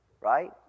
right